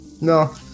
No